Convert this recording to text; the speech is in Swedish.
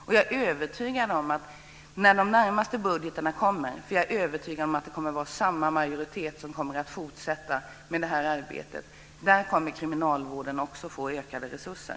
Jag är också övertygad om att när de närmaste budgetarna kommer - för jag är övertygad om att det kommer att vara samma majoritet som fortsätter med det här arbetet - kommer kriminalvården också att få ökade resurser.